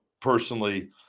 personally